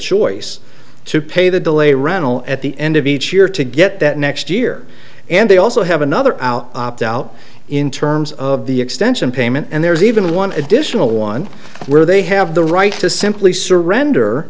choice to pay the delay rental at the end of each year to get that next year and they also have another opt out in terms of the extension payment and there's even one additional one where they have the right to simply surrender